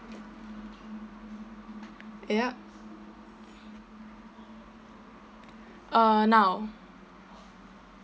yup uh now